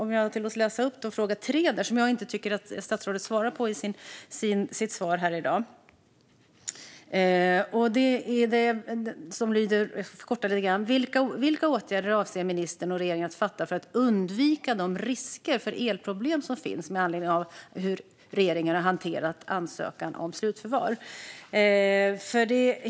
Låt mig läsa upp fråga 3, som jag inte tycker att statsrådet har svarat på i dag: Vilka åtgärder avser ministern och regeringen att fatta för att undvika de risker för elproblem som finns med anledning av hur regeringen hanterat ansökan om slutförvar?